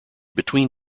between